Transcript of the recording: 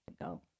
go